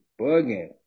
bugging